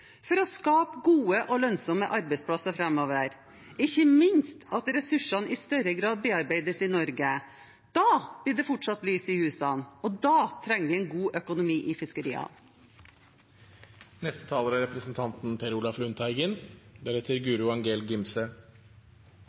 for å skape gode og lønnsomme arbeidsplasser framover, og ikke minst at ressursene i større grad bearbeides i Norge. Da blir det fortsatt «lys i husan», og da trenger vi en god økonomi i